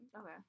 Okay